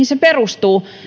perustuu